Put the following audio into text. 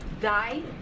die